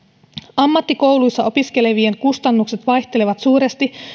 ammattikouluissa opiskelevien kustannukset vaihtelevat suuresti